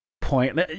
point